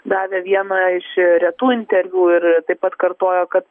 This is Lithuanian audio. davė vieną iš retų interviu ir taip pat kartojo kad